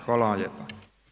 Hvala vam lijepa.